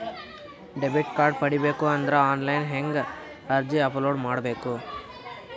Debit card ಪಡಿಬೇಕು ಅಂದ್ರ online ಹೆಂಗ್ ಅರ್ಜಿ ಅಪಲೊಡ ಮಾಡಬೇಕು?